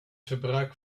verbruik